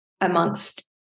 amongst